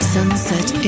Sunset